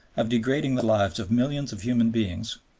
of degrading the lives of millions of human beings,